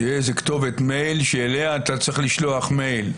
תהיה איזו כתובת מייל שאליה אתה צריך לשלוח מייל.